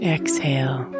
Exhale